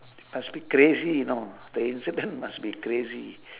must be crazy you know the incident must be crazy